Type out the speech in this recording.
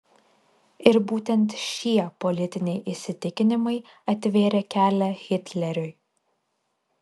ir būtent šie politiniai įsitikinimai atvėrė kelią hitleriui